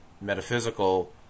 metaphysical